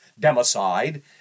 democide